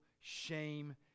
shame